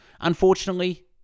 Unfortunately